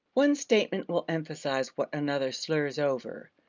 one statement will emphasize what another slurs over.